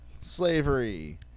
slavery